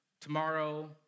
tomorrow